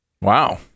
Wow